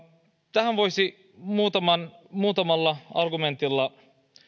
tähän voisi muutamalla argumentilla